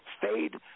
fade